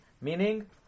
Meaning